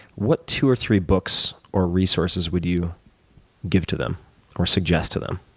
what two or three books or resources would you give to them or suggest to them?